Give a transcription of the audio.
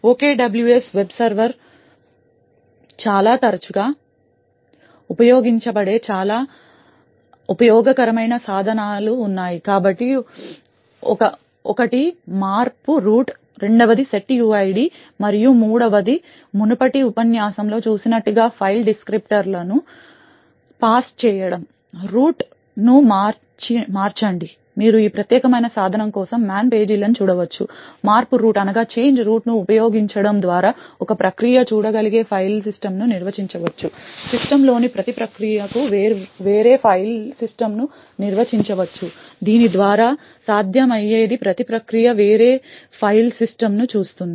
OKWS web server చేత చాలా తరచుగా ఉపయోగించబడే మూడు చాలా ఉపయోగకరమైన సాధనాలు ఉన్నాయి కాబట్టి ఒకటి మార్పు రూట్ రెండవది setuid మరియు మూడవది మన మునుపటి ఉపన్యాసంలో చూసినట్లుగా ఫైల్ డిస్క్రిప్టర్లను పాస్ చేయడం రూట్ను మార్చండి మీరు ఈ ప్రత్యేకమైన సాధనం కోసం మ్యాన్ పేజీలను చూడవచ్చు మార్పు రూట్ను ఉపయోగించడం ద్వారా ఒక ప్రక్రియ చూడగలిగే ఫైల్ సిస్టమ్ను నిర్వచించవచ్చు సిస్టమ్లోని ప్రతి ప్రక్రియకు వేరే ఫైల్ సిస్టమ్ను నిర్వచించవచ్చు దీని ద్వారా సాధ్యమయ్యేది ప్రతి ప్రక్రియ వేరే ఫైల్ సిస్టమ్ను చూస్తుంది